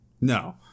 No